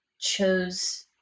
chose